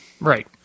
Right